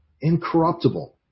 incorruptible